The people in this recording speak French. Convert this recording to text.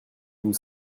vous